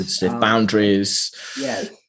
Boundaries